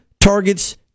targets